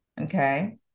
Okay